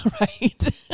right